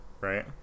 right